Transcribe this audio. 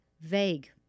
vague